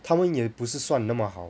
他们也不是算那么好